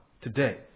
today